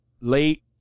late